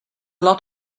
lot